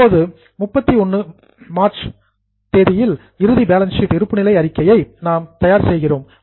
இப்போது மார்ச் 31 ஆம் தேதி இறுதியில் பேலன்ஸ் ஷீட் இருப்புநிலை அறிக்கையை நாம் தயார் செய்கிறோம்